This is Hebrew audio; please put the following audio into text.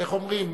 איך אומרים?